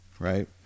Right